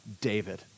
David